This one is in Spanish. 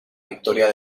victoria